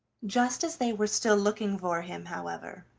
just as they were still looking for him, however,